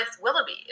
willoughby